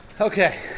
Okay